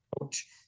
coach